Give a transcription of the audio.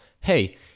hey